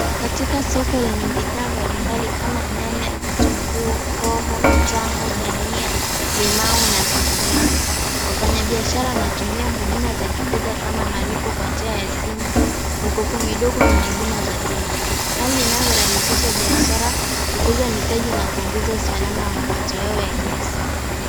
Katika soko yenye bidhaa mbali mbali kama nyanya, vitunguu, hoho, tangu, dhania, limau na vinginevyo. Wafanya biashara waatumia huduma za kifedha kama malipo kwa njia ya simu, mikoko midogo na huduma za bima. Hali inayorahisisha biashara, kukuza mitaji na kuongeza mapato yao ya kila siku.